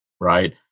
right